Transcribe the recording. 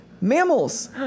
Mammals